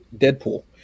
Deadpool